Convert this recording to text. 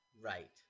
Right